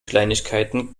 kleinigkeiten